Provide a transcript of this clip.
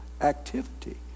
activity